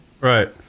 Right